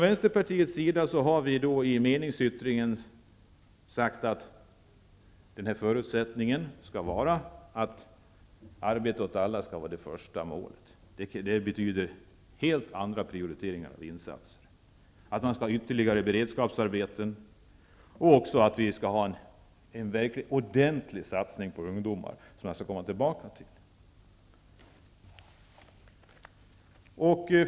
Vänsterpartiet har i meningsyttringen sagt att förutsättningen skall vara att arbete åt alla skall vara det första målet. Det betyder helt andra prioriteringar när det gäller insatser. Vi vill ha ytterligare beredskapsarbeten och en ordentlig satsning på ungdomar. Det skall jag komma tillbaka till.